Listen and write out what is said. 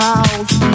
House